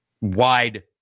Wide